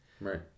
right